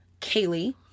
Kaylee